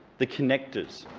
the connectors,